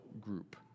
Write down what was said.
group